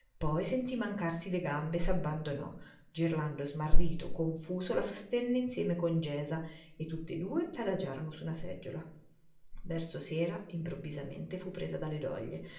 poi sentì mancarsi le gambe e s'abbandonò gerlando smarrito confuso la sostenne insieme con gesa e tutt'e due la adagiarono su una seggiola verso sera improvvisamente fu presa dalle doglie